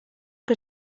que